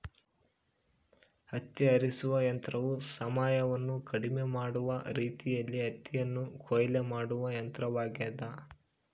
ಹತ್ತಿ ಆರಿಸುವ ಯಂತ್ರವು ಸಮಯವನ್ನು ಕಡಿಮೆ ಮಾಡುವ ರೀತಿಯಲ್ಲಿ ಹತ್ತಿಯನ್ನು ಕೊಯ್ಲು ಮಾಡುವ ಯಂತ್ರವಾಗ್ಯದ